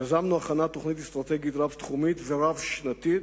יזמנו הכנת תוכנית אסטרטגית רב-תחומית ורב-שנתית,